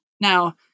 Now